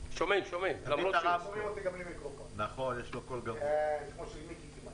שומה מחייבת, הרי זה ברור לחלוטין שכל גוף אחר